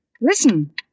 Listen